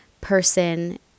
person